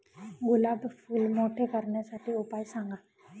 गुलाब फूल मोठे करण्यासाठी उपाय सांगा?